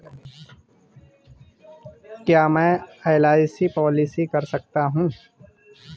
क्या मैं LIC policy कर सकता हूं?